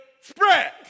spread